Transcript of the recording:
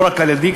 לא רק על-ידי,